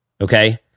okay